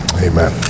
Amen